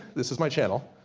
this is my channel.